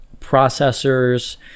processors